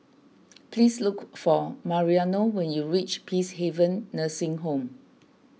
please look for Mariano when you reach Peacehaven Nursing Home